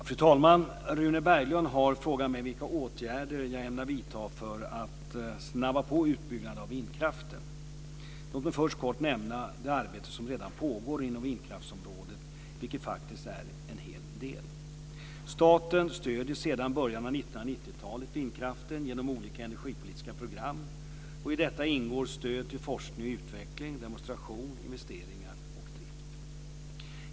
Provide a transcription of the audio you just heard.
Fru talman! Rune Berglund har frågat mig vilka åtgärder jag ämnar vidta för att snabba på utbyggnaden av vindkraften. Låt mig först kort nämna det arbete som redan pågår inom vindkraftsområdet, vilket faktiskt är en hel del. Staten stöder sedan början av 1990-talet vindkraften genom olika energipolitiska program. I detta ingår stöd till forskning och utveckling, demonstration, investeringar och drift.